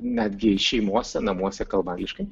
netgi šeimose namuose kalba angliškai